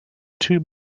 two